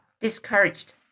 discouraged